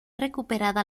recuperada